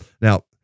Now